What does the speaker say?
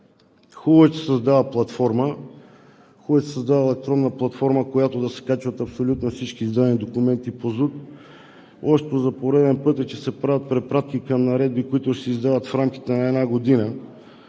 Хубаво е, че се създава платформа, хубаво е, че създава електронна платформа, в която да се качват всички издадени документи по ЗУТ. Лошото за пореден път е, че се правят препратки към наредби, които ще се издават в рамките на една година,